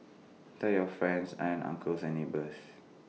tell your friends aunts uncles and neighbours